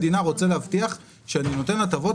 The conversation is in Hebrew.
אני כמדינה רוצה להבטיח שאני נותן הטבות